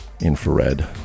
Infrared